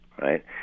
right